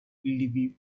львів